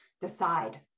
decide